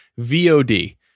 VOD